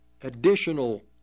additional